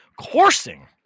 coursing